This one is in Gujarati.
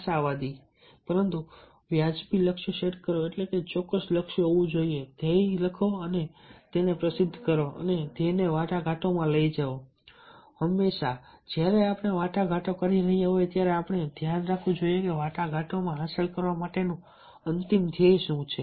આશાવાદી પરંતુ વાજબી લક્ષ્ય સેટ કરો એટલે કે ચોક્કસ લક્ષ્ય હોવું જોઈએ ધ્યેય લખો અને તેને પ્રતિબદ્ધ કરો અને ધ્યેયને વાટાઘાટોમાં લઈ જાઓ હંમેશા જ્યારે આપણે વાટાઘાટો કરી રહ્યા હોઈએ ત્યારે આપણે ધ્યાનમાં રાખવું જોઈએ કે વાટાઘાટોમાં હાંસલ કરવા માટેનું અંતિમ ધ્યેય શું છે